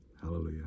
Hallelujah